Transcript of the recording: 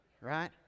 Right